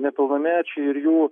nepilnamečiai ir jų